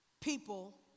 people